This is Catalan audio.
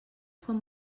quan